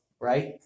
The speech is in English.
right